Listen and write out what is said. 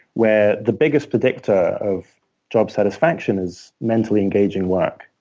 where the biggest predictor of job satisfaction is mentally engaging work.